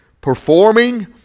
performing